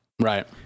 Right